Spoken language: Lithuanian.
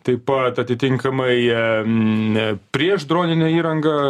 taip pat atitinkamai jie ne prieš droninę įrangą